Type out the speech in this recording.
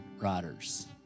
riders